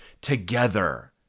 together